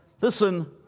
listen